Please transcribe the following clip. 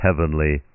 heavenly